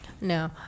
No